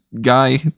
guy